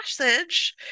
passage